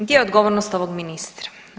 Gdje je odgovornost ovog ministra?